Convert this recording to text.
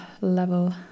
level